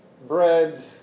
Bread